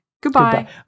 Goodbye